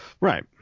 Right